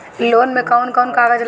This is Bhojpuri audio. लोन में कौन कौन कागज लागी?